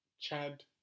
Chad